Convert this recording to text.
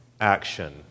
action